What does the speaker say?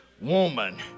woman